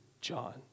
John